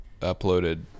uploaded